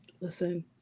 Listen